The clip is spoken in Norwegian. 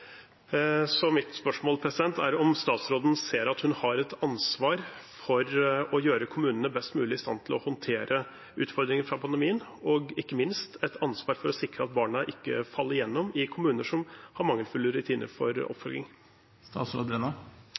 Mitt spørsmål er om statsråden ser at hun har et ansvar for å gjøre kommunene best mulig i stand til å håndtere utfordringer fra pandemien, og ikke minst et ansvar for å sikre at barna ikke faller igjennom i kommuner som har mangelfulle rutiner